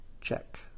check